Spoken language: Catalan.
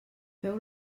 feu